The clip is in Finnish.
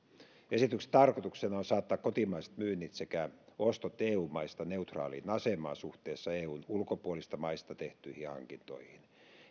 esityksen tarkoituksena on saattaa kotimaiset myynnit sekä ostot eu maista neutraaliin asemaan suhteessa eun ulkopuolisista maista tehtyihin hankintoihin